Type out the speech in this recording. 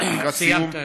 כבר סיימת.